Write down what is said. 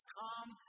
come